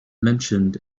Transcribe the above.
mentioned